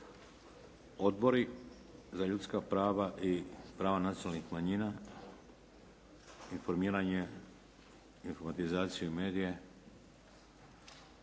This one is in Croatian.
Odbor za ljudska prava i prava nacionalnih manjina? Informiranje, informatizaciju i medije?